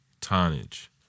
tonnage